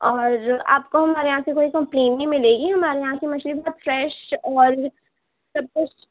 اور آپ کو ہمارے یہاں سے کوئی کمپلین نہیں ملے گی ہمارے یہاں سے مچھلی بہت فریش اور سب کچھ